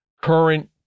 current